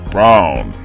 Brown